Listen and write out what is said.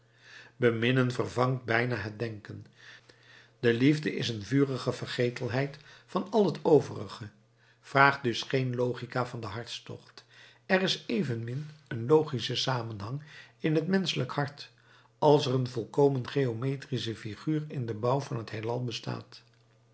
beminnen vervangt bijna het denken de liefde is een vurige vergetelheid van al het overige vraag dus geen logica van den hartstocht er is evenmin een logische samenhang in het menschelijk hart als er een volkomen geometrische figuur in den bouw van het heelal bestaat